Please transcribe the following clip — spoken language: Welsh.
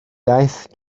iaith